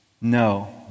No